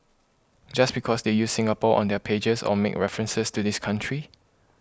just because they use Singapore on their pages or make references to this country